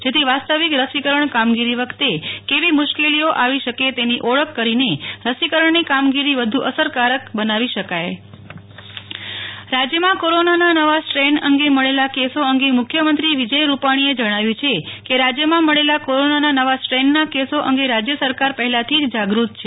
જેથી વાસ્તવિક રસીકરણ કામગીરી વખતે કેવી મુશ્કેલીઓ આવી શકે તેની ઓળખ કરીને રસીકરણની કામગીરી વધુ અસરકારક બનાવી શકાય નેહલ ઠક્કર કોરોના નવો સ્ટ્રેન રાજ્યમાં કોરોનાના નવા સ્ટ્રેન અંગે મળેલા કેસો અંગે મુખ્યમંત્રી વિજય રૂપાણીએ જણાવ્યું છે કે રાજ્યમાં મળેલાં કોરોનાના નવા સ્ટ્રેનના કેસો અંગે રાજ્ય સરકાર પહેલાથી જ જાગૃત છે